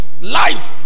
life